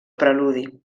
preludi